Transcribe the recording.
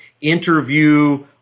interview